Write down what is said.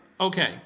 okay